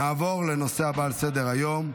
נעבור לנושא הבא על סדר-היום,